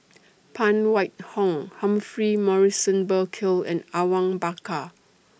Phan Wait Hong Humphrey Morrison Burkill and Awang Bakar